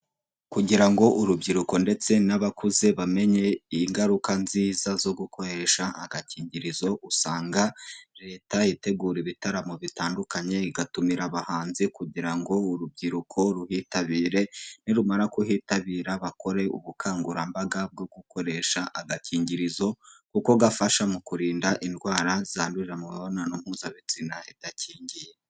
Kugira ngo urubyiruko ndetse n'abakuze bamenye ingaruka nziza zo gukoresha agakingirizo, usanga leta itegura ibitaramo bitandukanye, igatumira abahanzi kugira ngo urubyiruko ruhitabire, nirumara kuhitabira bakore ubukangurambaga bwo gukoresha agakingirizo kuko gafasha mu kurinda indwara zandurira mu mibonano mpuzabitsina idakingiye.